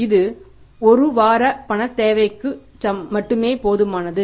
இது 1 வார பணத் தேவைகளுக்கு மட்டுமே போதுமானது